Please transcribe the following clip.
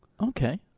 Okay